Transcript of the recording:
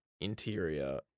interior